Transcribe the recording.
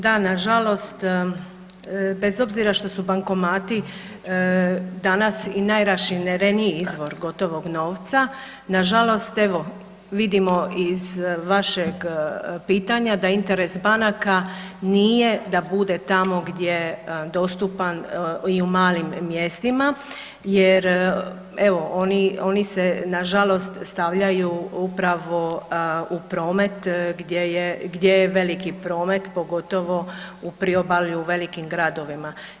Da, nažalost bez obzira što su bankomati danas i najrašireniji izvor gotovog novca, nažalost, evo vidimo iz vašeg pitanja da interes banaka nije da bude tamo gdje je dostupan i u malim mjestima jer evo, oni se nažalost upravo u promet gdje je veliki promet, pogotovo u priobalju, velikim gradovima.